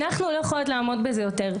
אנחנו לא יכולות לעמוד בזה יותר.